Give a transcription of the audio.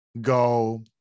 go